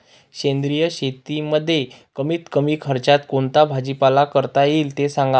सेंद्रिय शेतीमध्ये कमीत कमी खर्चात कोणता भाजीपाला करता येईल ते सांगा